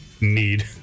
need